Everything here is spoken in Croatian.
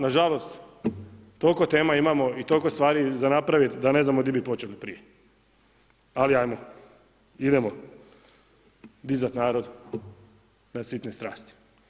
Na žalost, toliko tema imamo i toliko stvari za napravit da ne znamo gdje bi počeli prije ali ajmo idemo dizat narod na sitne strasti.